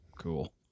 cool